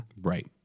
Right